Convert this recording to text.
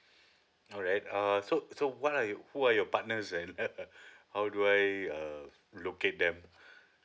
alright uh so so what are you who are your partners then how do I uh locate them